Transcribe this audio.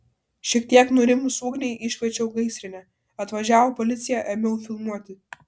šiek tiek nurimus ugniai iškviečiau gaisrinę atvažiavo policija ėmiau filmuoti